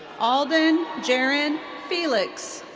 alden jeren felix.